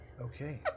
Okay